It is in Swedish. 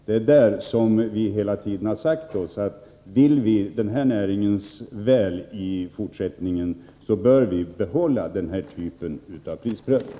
Därför har vi hela tiden sagt: Vill vi den här näringens väl i fortsättningen bör vi behålla den här typen av prisprövning.